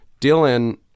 Dylan